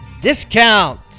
discount